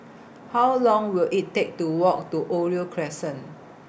How Long Will IT Take to Walk to Oriole Crescent